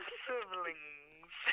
siblings